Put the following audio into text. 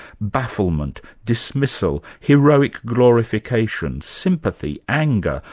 bafflement, dismissal, heroic glorification, sympathy, anger,